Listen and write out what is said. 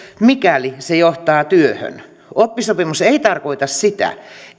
mikäli se johtaa työhön oppisopimus ei tarkoita sitä